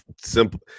simple